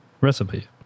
recipe